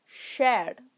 shared